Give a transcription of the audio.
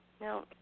No